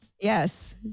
Yes